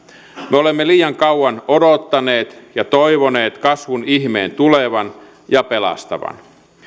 me olemme liian kauan odottaneet ja toivoneet kasvun ihmeen tulevan ja pelastavan